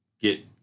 get